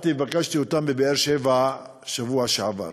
פגשתי אותם בבאר-שבע בשבוע שעבר.